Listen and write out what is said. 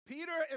Peter